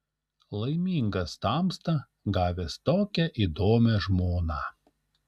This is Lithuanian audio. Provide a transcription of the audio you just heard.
laimingas tamsta gavęs tokią įdomią žmoną